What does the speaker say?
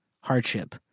hardship